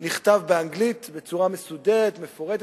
נכתב באנגלית, בצורה מסודרת, מפורטת.